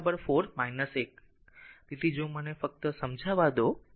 તેથી i2 4 1 તેથી જો મને ફક્ત તેને સમજાવા દો